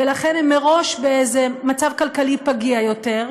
ולכן הם מראש באיזה מצב כלכלי פגיע יותר,